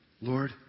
Lord